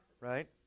right